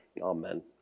amen